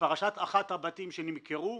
בפרשת אחד הבתים שנמכרו,